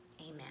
Amen